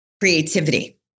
creativity